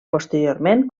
posteriorment